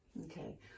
okay